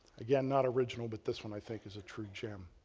again, not original but this one i think is a true gem.